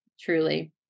truly